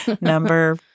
Number